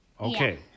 Okay